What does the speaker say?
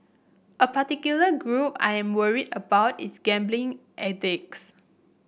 a particular group I am worried about is gambling addicts